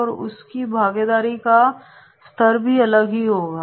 और उसकी भागीदारी का स्तर भी अलग ही होगा